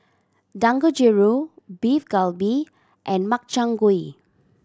Dangojiru Beef Galbi and Makchang Gui